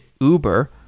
Uber